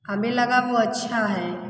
हमें लगा वह अच्छा है